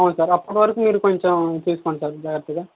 అవును సార్ అప్పటి వరకు మీరు కొంచం చూసుకోండి సార్ జాగ్రత్తగా